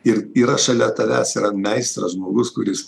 ir yra šalia tavęs yra meistras žmogus kuris